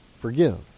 forgive